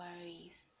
worries